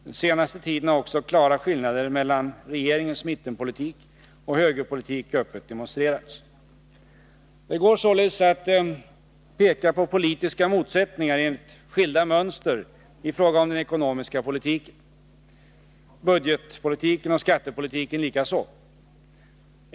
Den senaste tiden har också klara skillnader mellan regeringens mittenpolitik och högerpolitik öppet demonstrerats. Det går således att peka på politiska motsättningar enligt skilda mönster i fråga om den ekonomiska politiken, budgetpolitiken och skattepolitiken.